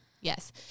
yes